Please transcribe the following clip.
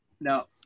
No